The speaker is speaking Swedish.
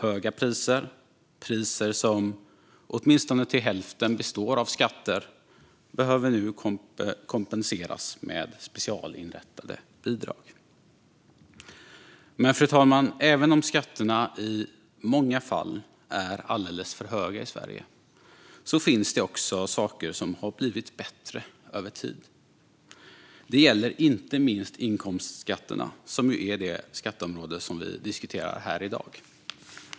Höga priser, som åtminstone till hälften består av skatter, behöver nu kompenseras med specialinrättade bidrag. Men, fru talman, även om skatterna i många fall är alldeles för höga i Sverige finns det också saker som har blivit bättre över tid. Det gäller inte minst inkomstskatterna, som ju är det skatteområde som vi diskuterar här i dag.